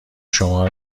شما